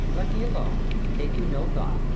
let me alone, take you no thought.